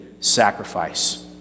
sacrifice